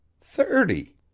thirty